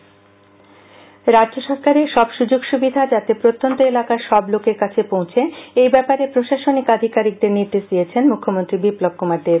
মুখ্যমন্ত্রী রাজ্য সরকারের সব সুযোগ সুবিধা যাতে প্রত্যন্ত এলাকার সব লোকের কাছে পৌঁছে এই ব্যাপারে প্রশাসনিক আধিকারিকদের নির্দেশ দিয়েছেন মুখ্যমন্ত্রী বিপ্লব কুমার দেব